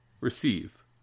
receive